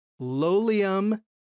*lolium